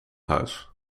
huis